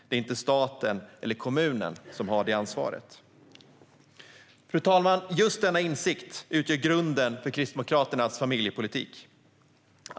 Det inte staten eller kommunen som har det ansvaret. Fru talman! Just denna insikt utgör grunden för Kristdemokraternas familjepolitik.